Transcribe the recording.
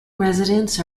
residents